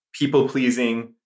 people-pleasing